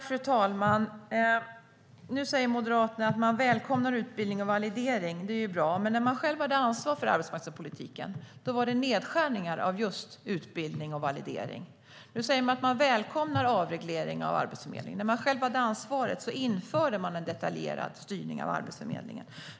Fru talman! Nu säger Moderaterna att man välkomnar utbildning och validering. Det är ju bra, men när man själv hade ansvar för arbetsmarknadspolitiken gjorde man nedskärningar på just utbildning och validering. Nu säger man att man välkomnar en avreglering av Arbetsförmedlingen, men när man själv hade ansvaret införde man en detaljerad styrning av Arbetsförmedlingen.